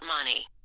money